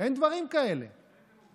ההצעה